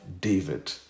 David